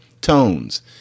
tones